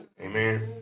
Amen